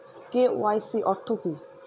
KYC অর্থ কি?